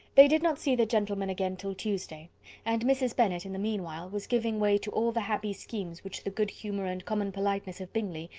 they did not see the gentlemen again till tuesday and mrs. bennet, in the meanwhile, was giving way to all the happy schemes, which the good humour and common politeness of bingley,